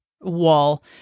wall